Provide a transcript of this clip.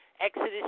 Exodus